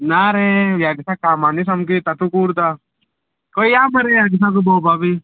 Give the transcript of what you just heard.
ना रे ह्या दिसांनी कामांनी सामकी तातूंक उरता खंयी या मरे ह्या दिसाक भोंवपा बी